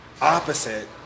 opposite